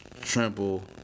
trample